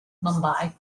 mumbai